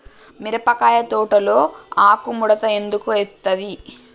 మిరపకాయ తోటలో ఆకు ముడత ఎందుకు అత్తది?